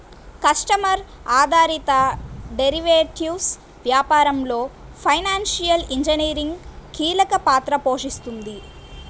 customer ఆధారిత derivatives వ్యాపారంలో financial engineering కీలక పాత్ర పోషిస్తుంది